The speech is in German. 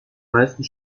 meisten